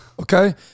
Okay